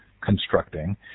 constructing